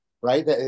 right